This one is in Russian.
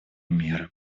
меры